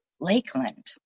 Lakeland